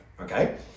Okay